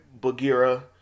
Bagheera